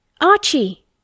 Archie